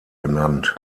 benannt